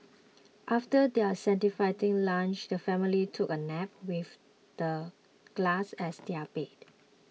after their satisfying lunch the family took a nap with the glass as their bed